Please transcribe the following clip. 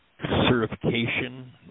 Certification